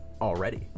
already